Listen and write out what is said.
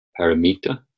paramita